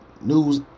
news